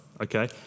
Okay